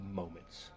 moments